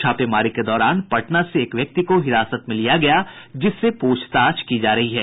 छापेमारी के दौरान पटना से एक व्यक्ति को हिरासत में लिया गया जिससे पूछताछ की जा रही है